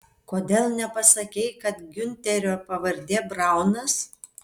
kodėl nepasakei kad giunterio pavardė braunas